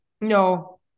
No